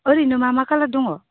ओरैनो मा मा कालार दङ